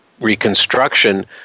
reconstruction